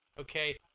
Okay